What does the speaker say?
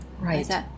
Right